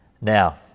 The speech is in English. now